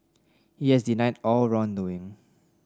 he has denied all wrongdoing